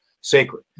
sacred